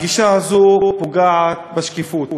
הגישה הזאת פוגעת בשקיפות.